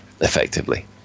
Effectively